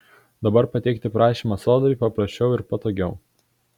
dabar pateikti prašymą sodrai paprasčiau ir patogiau